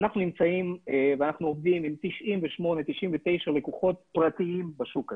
אנחנו נמצאים ואנחנו עובדים עם 99-98 לקוחות פרטיים בשוק הזה,